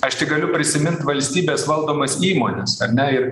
aš tik galiu prisimint valstybės valdomas įmones ar ne ir